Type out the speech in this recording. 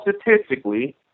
statistically